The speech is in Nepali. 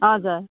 हजुर